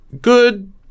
good